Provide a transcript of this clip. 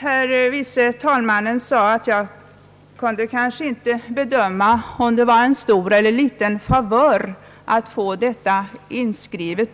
Herr förste vice talmannen sade att jag kanske inte kunde bedöma om det var en stor eller liten favör att få denna rätt inskriven